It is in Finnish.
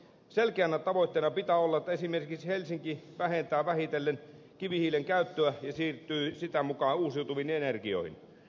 selkeänä tavoitteena pitää olla että esimerkiksi helsinki vähentää vähitellen kivihiilen käyttöä ja siirtyy sitä mukaa uusiutuviin energioihin